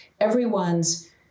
everyone's